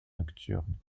nocturnes